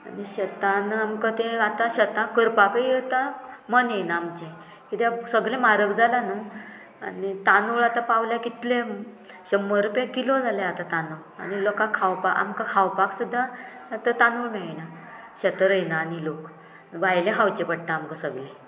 आनी शेतान आमकां तें आतां शेतां करपाकय आतां मन येयना आमचें कित्याक सगलें म्हारग जालां न्हू आनी तांदूळ आतां पावल्या कितलें शंबर रुपया किलो जालें आतां तांनू आनी लोकांक खावपाक आमकां खावपाक सुद्दां आतां तांनूळ मेळना शेतां रोयना आनी लोक भायले खावचे पडटा आमकां सगले